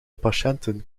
patiënten